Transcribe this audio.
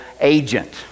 agent